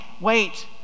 wait